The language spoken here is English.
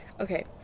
okay